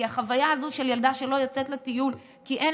כי החוויה הזאת של ילדה שלא יוצאת לטיול כי אין